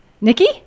Nikki